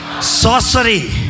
sorcery